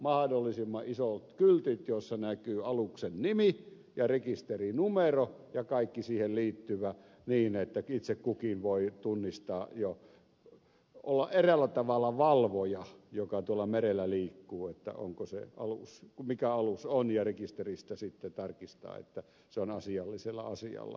mahdollisimman isot kyltit joissa näkyy aluksen nimi ja rekisterinumero ja kaikki siihen liittyvä niin että itse kukin voi olla eräällä tavalla valvoja ja tunnistaa että mikä se alus on joka tuolla merellä liikkuu ja rekisteristä sitten tarkistaa että se on asiallisella asialla